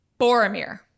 Boromir